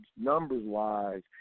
numbers-wise